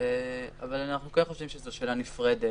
אבל אנחנו כן חושבים שזו שאלה נפרדת.